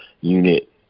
unit